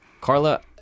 Carla